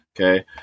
Okay